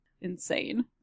insane